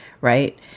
Right